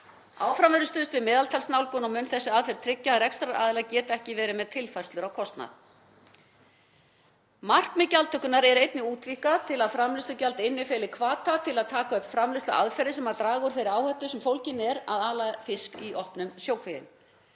Áfram verður stuðst við meðaltalsnálgun og mun þessi aðferð tryggja að rekstraraðilar geti ekki verið með tilfærslur á kostnaði. Markmið gjaldtökunnar er einnig útvíkkað til að framleiðslugjald innifeli hvata til taka upp framleiðsluaðferðir sem draga úr þeirri áhættu sem fólgin er í að ala fisk í opnum sjókvíum.